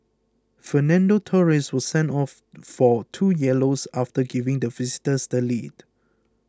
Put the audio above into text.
Fernando Torres was sent off for two yellows after giving the visitors the lead